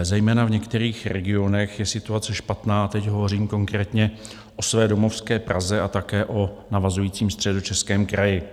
Zejména v některých regionech je situace špatná, teď hovořím konkrétně o své domovské Praze a také o navazujícím Středočeském kraji.